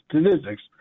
statistics